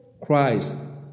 Christ